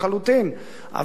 אבל יש בידיה דוח.